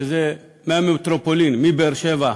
מטרופולין באר-שבע,